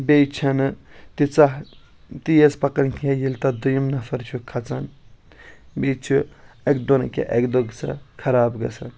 بیٚیہِ چھنہٕ تیٖژاہ تیز پکان یوٗتاہ دوٚیِم نفر چھ کھژان بیٚیہِ چھ اَکہِ دۄہ نہٕ اَکہِ دۄہ گژھان خراب گژھان